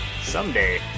someday